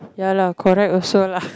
ya lah correct also lah